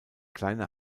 kleine